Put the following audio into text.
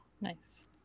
Nice